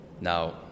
Now